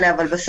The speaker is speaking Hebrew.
להבין: